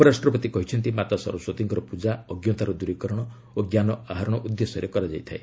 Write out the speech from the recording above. ଉପରାଷ୍ଟ୍ରପତି କହିଛନ୍ତି ମାତା ସରସ୍ତୀଙ୍କର ପୂଜା ଅଞ୍ଜତାର ଦୂରୀକରଣ ଓ ଜ୍ଞାନ ଆହରଣ ଉଦ୍ଦେଶ୍ୟରେ କରାଯାଇଥାଏ